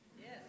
Yes